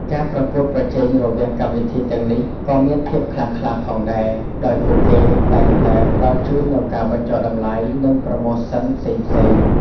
ការប្រកួតប្រជែងរវាងកម្មវិធីទាំងនេះក៏មានភាពខ្លាំងក្លាផងដែរ ដោយពួកគេតែងតែផ្តល់ជូននូវការបញ្ចុះតម្លៃ និងប្រូម៉ូសិនផ្សេងៗ។